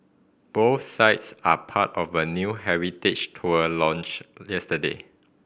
both sites are part of a new heritage tour launched yesterday